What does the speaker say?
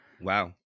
Wow